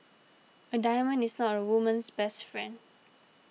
a diamond is not a woman's best friend